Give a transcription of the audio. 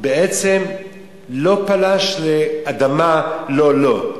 בעצם לא פלש לאדמה לא לו.